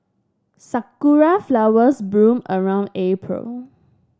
sakura flowers bloom around April